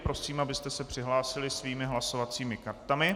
Prosím, abyste se přihlásili svými hlasovacími kartami.